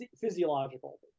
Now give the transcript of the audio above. physiological